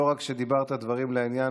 לא רק שדיברת דברים לעניין,